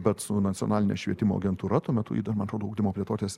bet su nacionaline švietimo agentūra tuo metu ji tuo metu ugdymo plėtotės